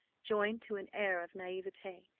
joined to an air of naivete,